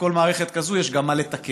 שבכל מערכת כזאת יש מה לתקן